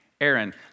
Aaron